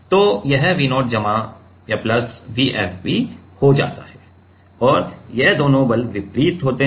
तो यह V 0 जमा V FB हो जाता है और ये दोनों बल विपरीत होते हैं